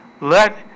let